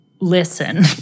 listen